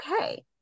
okay